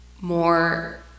more